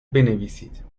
بنویسید